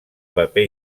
paper